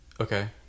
Okay